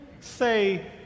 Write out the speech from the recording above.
Say